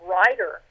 Writer